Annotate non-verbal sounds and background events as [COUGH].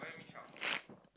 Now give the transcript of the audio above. [NOISE]